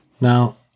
Now